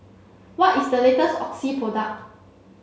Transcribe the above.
what is the latest Oxy product